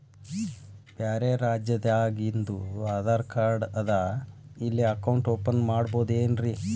ಬ್ಯಾರೆ ರಾಜ್ಯಾದಾಗಿಂದು ಆಧಾರ್ ಕಾರ್ಡ್ ಅದಾ ಇಲ್ಲಿ ಅಕೌಂಟ್ ಓಪನ್ ಮಾಡಬೋದೇನ್ರಿ?